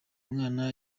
mwana